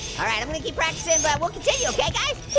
alright, i'm gonna keep practicing but we'll continue, okay guys?